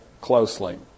closely